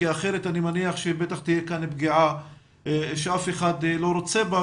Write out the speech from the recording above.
כי אחרת אני מניח שתהיה כאן פגיעה שאף אחד לא רוצה בה,